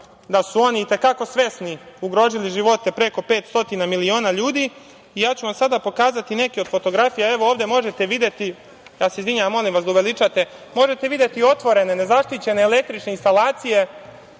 da su oni i te kako svesni ugrozili živote preko pet stotina miliona ljudi i ja ću vam sada pokazati neke od fotografija, evo ovde možete videti, ja se izvinjavam, molim vas da uveličate. Možete videti otvorene, nezaštićene električne instalacije,